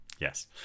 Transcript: Yes